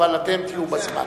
אבל אתם תהיו בזמן.